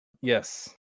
yes